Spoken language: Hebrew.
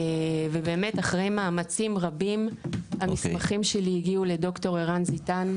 אחרי מאמצים רבים המסמכים שלי הגיעו לד"ר ערן זיתן,